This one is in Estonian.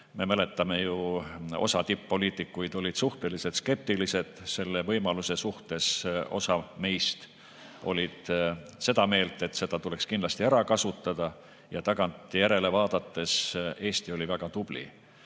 Me mäletame ju, mõned tipp‑poliitikud olid suhteliselt skeptilised selle võimaluse suhtes, osa meist oli seda meelt, et seda tuleks kindlasti ära kasutada. Tagantjärele vaadates võib öelda, et Eesti oli väga tubli.